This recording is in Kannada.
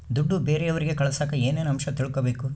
ದುಡ್ಡು ಬೇರೆಯವರಿಗೆ ಕಳಸಾಕ ಏನೇನು ಅಂಶ ತಿಳಕಬೇಕು?